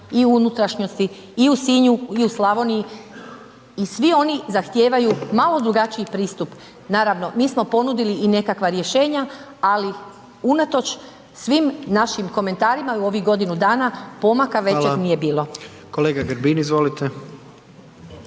i u unutrašnjosti i u Sinju i u Slavoniji i svi oni zahtijevaju malo drugačiji pristup. Naravno mi smo ponudili i nekakva rješenja, ali unatoč svim našim komentarima i u ovih godinu dana …/Upadica: Hvala./… pomaka većeg nije